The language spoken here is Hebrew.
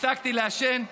הפסקתי לעשן,